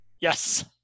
Yes